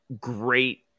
great